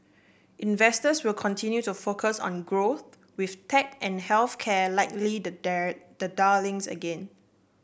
investors will continue to focus on growth with tech and health care likely the dare the darlings again